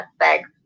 aspects